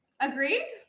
Agreed